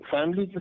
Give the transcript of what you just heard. Family